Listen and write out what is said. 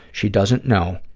she doesn't know.